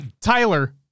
Tyler